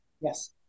yes